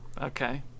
Okay